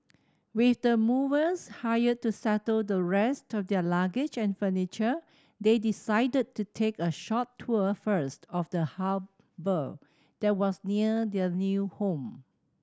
with the movers hired to settle the rest of their luggage and furniture they decided to take a short tour first of the harbour that was near their new home